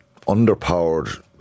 underpowered